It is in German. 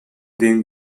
denen